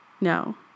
No